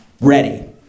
ready